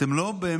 אתם לא באמת